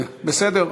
בסדר,